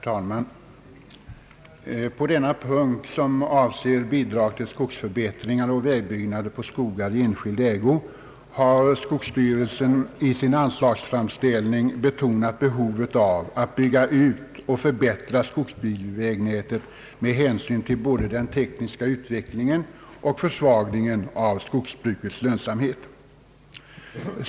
Herr talman! På denna punkt, som avser bidrag till skogsförbättringar och vägbyggnader på skogar i enskild ägo, har skogsstyrelsen i sin anslagsfram ställning betonat behovet av att bygga ut och förbättra skogsbilvägnätet med hänsyn till både den tekniska utvecklingen och till försvagningen av skogsbrukets lönsamhet.